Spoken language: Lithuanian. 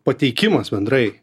pateikimas bendrai